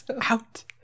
out